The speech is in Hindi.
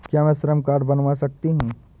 क्या मैं श्रम कार्ड बनवा सकती हूँ?